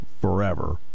forever –